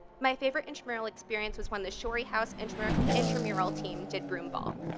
my favorite intramural experience was when the shorey house intramural intramural team did broomball.